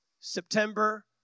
September